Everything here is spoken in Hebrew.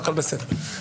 והכול בסדר.